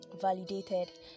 validated